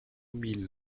mille